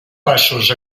passos